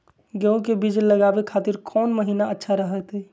गेहूं के बीज लगावे के खातिर कौन महीना अच्छा रहतय?